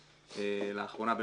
לאחרונה,